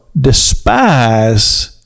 despise